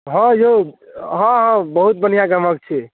हँ यौ हँ हँ बहुत बढ़िआँ गमक छै